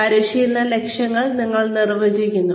പരിശീലന ലക്ഷ്യങ്ങൾ നിങ്ങൾ നിർവചിക്കുന്നു